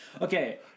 Okay